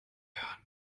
hören